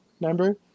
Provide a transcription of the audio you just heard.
Remember